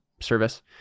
service